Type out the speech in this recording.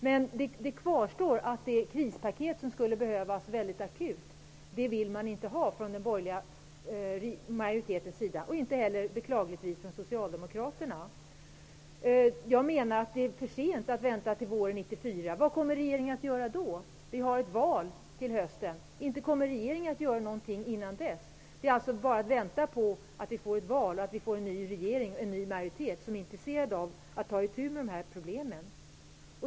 Det kvarstår att den borgerliga majoriteten inte, liksom beklagligtvis inte heller Socialdemokraterna, vill ha kvar det akuta krispaketet. Jag menar att det är för sent att vänta till våren 1994. Vad kommer regeringen att göra då? Det blir val till hösten. Inte kommer regeringen att göra något innan dess. Det är alltså bara att vänta på ett val, en ny regering och en ny majoritet som är intresserad av att ta itu med problemen.